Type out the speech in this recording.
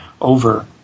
over